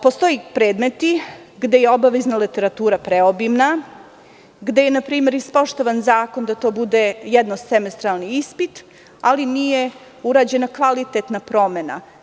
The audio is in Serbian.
Postoje predmeti gde je obavezna literatura preobimna, gde je zakon ispoštovan da to bude jednosemestralni ispit, ali nije urađena kvalitetna promena.